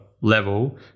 level